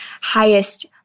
highest